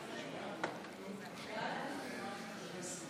אני מבקש לא להפריע.